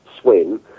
swim